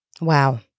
Wow